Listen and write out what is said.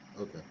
Okay